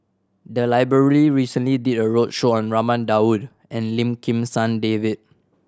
the library recently did a roadshow on Raman Daud and Lim Kim San David